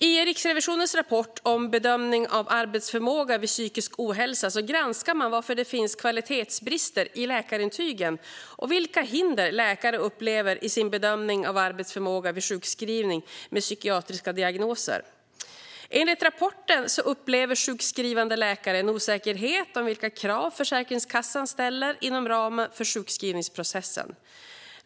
I Riksrevisionens rapport om bedömning av arbetsförmåga vid psykisk ohälsa granskar man varför det finns kvalitetsbrister i läkarintygen och vilka hinder läkare upplever i sin bedömning av arbetsförmåga vid sjukskrivning med psykiatriska diagnoser. Enligt rapporten upplever sjukskrivande läkare en osäkerhet om vilka krav Försäkringskassan ställer inom ramen för sjukskrivningsprocessen.